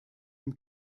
dem